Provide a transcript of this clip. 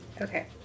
Okay